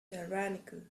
tyrannical